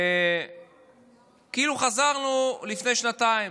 כאילו חזרנו ללפני שנתיים.